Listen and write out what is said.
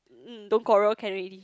mm don't quarrel can already